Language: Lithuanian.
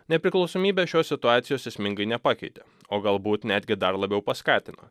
nepriklausomybė šios situacijos esmingai nepakeitė o galbūt netgi dar labiau paskatino